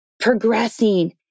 progressing